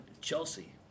Chelsea